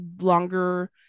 longer